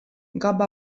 gobba